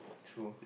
true